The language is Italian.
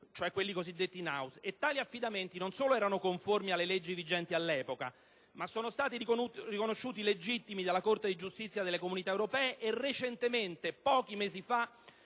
pubbliche, cosiddetti *in house.* Tali affidamenti non solo erano conformi alle leggi vigenti all'epoca ma sono stati valutati legittimi dalla Corte di giustizia delle Comunità europee e recentemente, pochi mesi fa,